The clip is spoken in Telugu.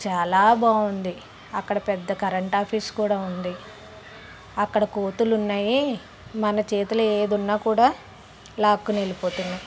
చాలా బాగుంది అక్కడ పెద్ద కరెంట్ ఆఫీస్ కూడా ఉంది అక్కడ కోతులు ఉన్నాయి మన చేతిలో ఏది ఉన్నా కూడా లాక్కుని వెళ్ళిపోతున్నాయి